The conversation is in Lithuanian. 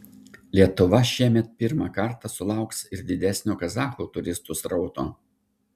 lietuva šiemet pirmą kartą sulauks ir didesnio kazachų turistų srauto